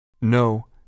No